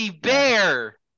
Bear